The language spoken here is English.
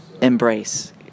embrace